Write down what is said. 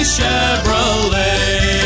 Chevrolet